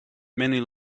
many